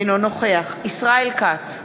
אינו נוכח ישראל כץ,